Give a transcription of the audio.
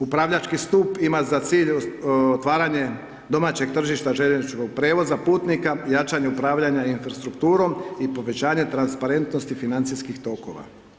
Upravljački stup ima za cilj otvaranje domaćeg tržišta željezničkog prijevoza putnika, jačanju upravljanja infrastrukturom i povećanje transparentnosti financijskih tokova.